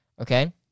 Okay